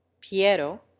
piero